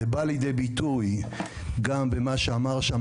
זה בא לידי ביטוי גם במה שאמר שם